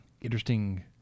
interesting